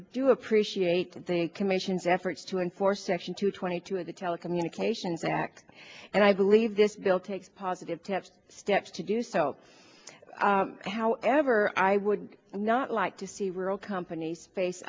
do appreciate the commission's efforts to enforce section two twenty two of the telecommunications act and i believe this bill takes positive test steps to do so however i would not like to see real companies face